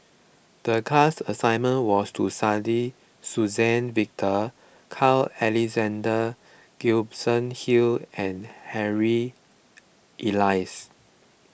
the class assignment was to study Suzann Victor Carl Alexander Gibson Hill and Harry Elias